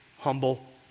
humble